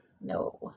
No